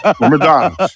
Madonna